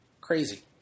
Crazy